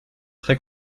trés